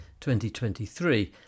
2023